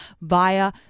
via